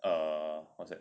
err what's that